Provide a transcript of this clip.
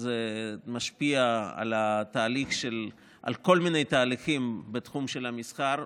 זה משפיע על כל מיני תהליכים בתחום המסחר,